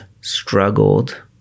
struggled